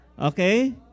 Okay